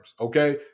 okay